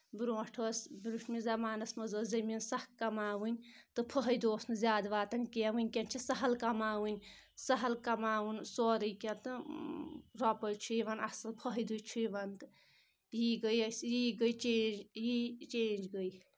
برونٛٹھ ٲس برونٛٹھمِس زَمانَس منٛز ٲس زٔمیٖن سَخ کَماوٕنۍ تہٕ فٲہِدٕ اوس نہٕ زیادٕ واتان کینٛہہ وٕنکؠن چھِ سَہل کَماوٕنۍ سہل کَماوُن سورُے کینٛہہ تہٕ رۄپیہِ چھُ یِوان اَصٕل فٲہِدٕ چھُ یِوان تہٕ یی گٔے أسۍ یہِ گٔے چینٛج یہِ چینٛج گٔے